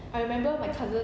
I remember my cousin